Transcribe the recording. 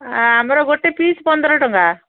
ଆମର ଗୋଟେ ପିସ୍ ପନ୍ଦର ଟଙ୍କା